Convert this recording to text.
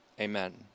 Amen